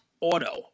auto